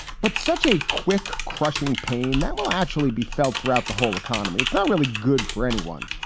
but such a quick, crushing pain that will actually be felt throughout the whole economy. it's not really good for anyone.